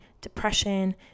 depression